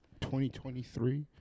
2023